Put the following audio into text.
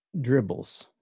dribbles